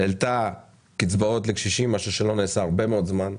העלתה קצבאות לקשישים, מה שלא נעשה הרבה מאוד זמן.